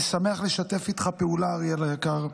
אני שמח לשתף איתך פעולה, אריאל היקר,